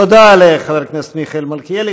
תודה לחבר הכנסת מיכאל מלכיאלי.